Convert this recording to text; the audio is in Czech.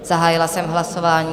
Zahájila jsem hlasování.